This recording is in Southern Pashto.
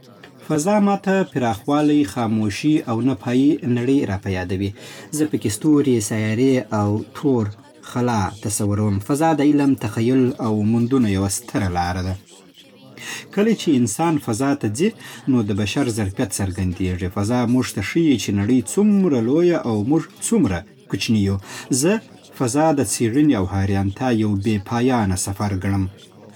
فضا ماته پراخوالی، خاموشي او نه‌پايې نړۍ راپه یادوي. زه پکې ستوري، سیارې او تور خلا تصوروم. فضا د علم، تخیل او موندنو یوه ستره لاره ده. کله چې انسان فضا ته ځي، نو د بشر ظرفیت څرګندېږي. فضا موږ ته ښيي چې نړۍ څومره لویه او موږ څومره کوچني یو. زه فضا د څېړنې او حیرانتیا یو بې‌پایانه سفر ګڼم